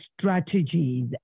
strategies